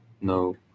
no